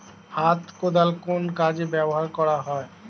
হাত কোদাল কোন কাজে ব্যবহার করা হয়?